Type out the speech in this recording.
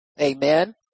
Amen